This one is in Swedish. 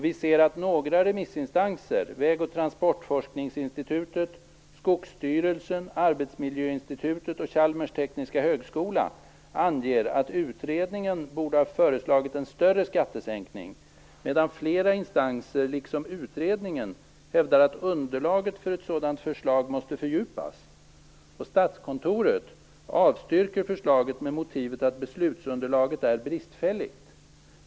Vi ser att några remissinstanser - Väg och transportforskningsinstitutet, Skogsstyrelsen, Arbetsmiljöinstitutet och Chalmers tekniska högskola - anger att utredningen borde ha föreslagit en större skattesänkning, medan flera instanser, liksom utredningen, hävdar att underlaget för ett sådant förslag måste fördjupas. Statskontoret avstyrker förslaget med motiveringen att beslutsunderlaget är bristfälligt.